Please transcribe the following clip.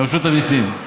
ברשות המיסים.